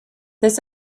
this